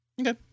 Okay